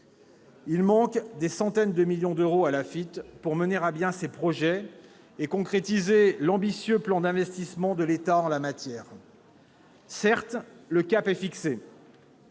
Il manque des centaines de millions d'euros à l'Agence pour qu'elle puisse mener à bien ses projets et concrétiser l'ambitieux plan d'investissement de l'État en la matière. Certes, un cap clair